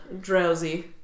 drowsy